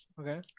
Okay